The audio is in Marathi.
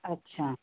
अच्छा